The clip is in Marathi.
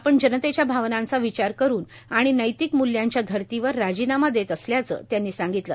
आपण जनतेच्या भावनांचा विचार करून आणि नैतिक मुल्यांच्या धरतीवर राजीनामा देत असल्याचं त्यांनी सांगितलं